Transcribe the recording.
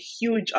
huge